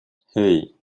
hey